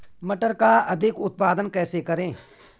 मटर का अधिक उत्पादन कैसे करें?